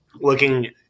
looking